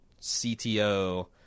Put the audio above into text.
CTO